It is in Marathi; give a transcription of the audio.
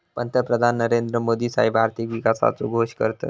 पंतप्रधान नरेंद्र मोदी साहेब आर्थिक विकासाचो घोष करतत